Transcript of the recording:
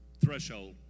threshold